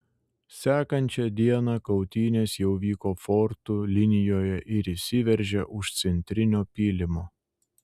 sekančią dieną kautynės jau vyko fortų linijoje ir įsiveržė už centrinio pylimo